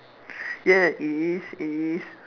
ya it is it is